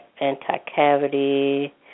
anti-cavity